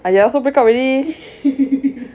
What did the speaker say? !aiya! also break up already